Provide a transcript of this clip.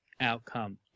outcome